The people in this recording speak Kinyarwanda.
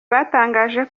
batangaje